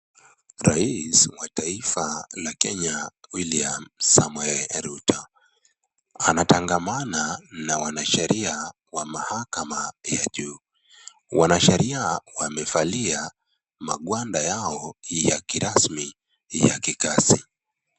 Rais wa taifa la Kenya William Samoei Ruto, anatangamana na wanasheria ya mahakama ya juu. Wanasheria wamevalia magwanda yao ya kirasmi ya kikazi.